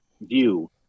view